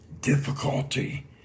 difficulty